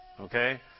Okay